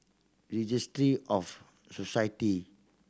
Registry of Society